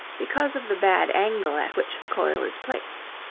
because of the bad angle at which the coil is placed.